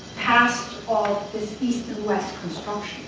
past of this east and west construction,